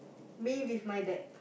me with my dad